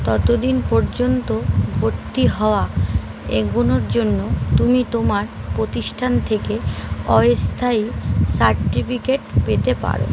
তত দিন পর্যন্ত ভর্তি হওয়া এগোনোর জন্য তুমি তোমার প্রতিষ্ঠান থেকে স্থায়ী সার্টিফিকেট পেতে পারো